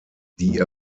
die